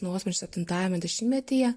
nuosprendžiu septintajame dešimtmetyje